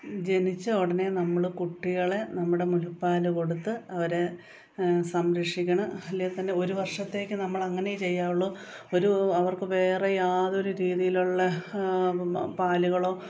ജനിച്ച ഉടനെ നമ്മൾ കുട്ടികളെ നമ്മുടെ മുലപ്പാൽ കൊടുത്ത് അവരെ സംരക്ഷിക്കണം അല്ലേ തന്നെ ഒരു വർഷത്തേക്ക് നമ്മൾ അങ്ങനെ ചെയ്യാവുള്ളൂ ഒരു അവർക്ക് വേറെ യാതൊരു രീതിയിലുള്ള പാലുകളോ